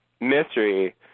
mystery